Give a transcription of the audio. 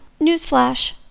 Newsflash